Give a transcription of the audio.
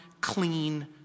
clean